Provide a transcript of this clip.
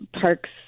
park's